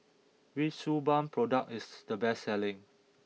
which Suu Balm product is the best selling